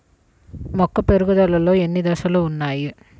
మొక్క పెరుగుదలలో ఎన్ని దశలు వున్నాయి?